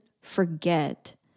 forget